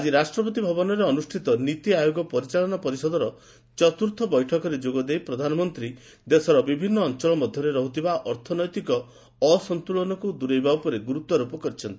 ଆକି ରାଷ୍ଟ୍ରପତି ଭବନଠାରେ ଅନୁଷିତ ନିତି ଆୟୋଗ ପରିଚାଳନା ପରିଷଦର ଚତୁର୍ଥ ବୈଠକରେ ଯୋଗ ଦେଇ ପ୍ରଧାନମନ୍ତୀ ଦେଶର ବିଭିନ୍ନ ଅଞ୍ଚଳ ମଧ୍ଧରେ ରହୁଥିବା ଅର୍ଥନୈତିକ ଅସନ୍ତୁଳନକୁ ଦୂରେଇବା ଉପରେ ଗୁରୁତ୍ୱାରୋପ କରିଛନ୍ତି